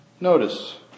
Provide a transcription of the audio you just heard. Notice